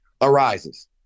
arises